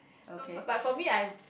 but for me I